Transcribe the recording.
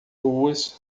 ruas